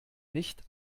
nicht